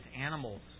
animals